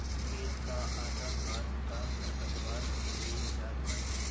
खेत कअ आधा खाद तअ खरपतवार लील जात बाटे